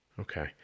Okay